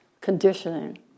conditioning